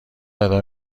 ادامه